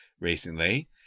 recently